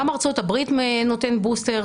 גם ארצות הברית נותנת בוסטר.